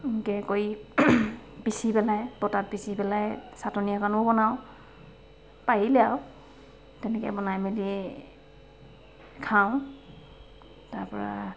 এনেকৈ কৰি পিচি পেলাই পতাত পিচি পেলাই ছাটনী অকণো বনাওঁ পাৰিলে আৰু তেনেকৈ বনাই মেলি খাওঁ তাৰপৰা